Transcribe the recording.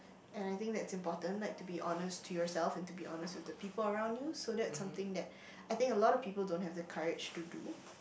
and I think that's important like to be honest to yourself and to be honest with the people around you so that's something that I think a lot of people don't have the courage to do